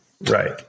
Right